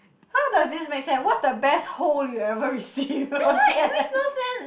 that's why it makes no sense